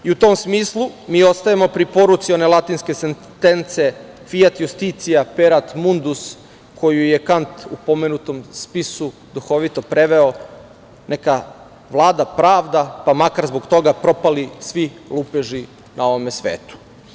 U tom smislu, mi ostajemo pri poruci one latinske sentence „fiat iustitia, pereat mundus“, koju je Kant u pomenutom spisu duhovito preveo – neka vlada pravda, pa makar zbog toga propali svi lupeži na ovome svetu.